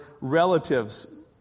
relatives